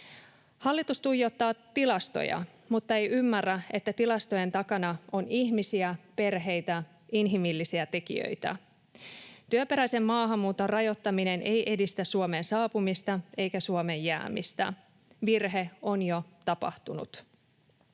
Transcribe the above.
Hallitus tuijottaa tilastoja, mutta ei ymmärrä, että tilastojen takana on ihmisiä, perheitä, inhimillisiä tekijöitä. Työperäisen maahanmuuton rajoittaminen ei edistä Suomeen saapumista eikä Suomeen jäämistä. Virhe on jo tapahtunut.